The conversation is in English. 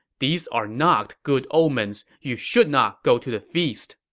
these are not good omens. you should not go to the feast.